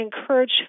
encourage